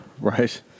Right